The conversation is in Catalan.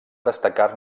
destacar